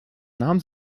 nahm